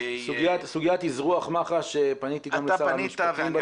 בסוגיית אזרוח מח"ש אני פניתי גם לשר המשפטים,